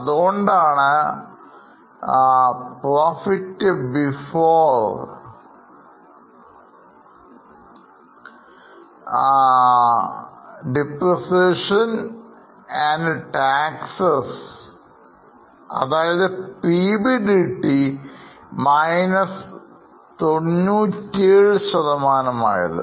അതുകൊണ്ടാണ് PBDT 97 ശതമാനം ആയത്